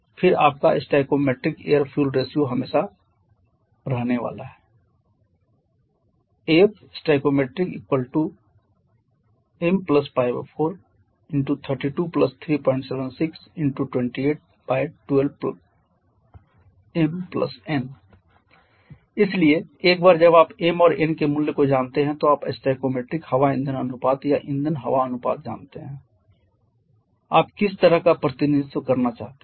फिर आपका stoichiometric air fuel ratio हमेशा रहने वाला है stoimn4323762812mn इसलिए एक बार जब आप m और n के मूल्य को जानते हैं तो आप स्टोइकोमेट्रिक हवा ईंधन अनुपात या ईंधन हवा अनुपात जानते हैं कि आप किस तरह का प्रतिनिधित्व करना चाहते हैं